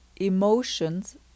emotions